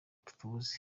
tubuze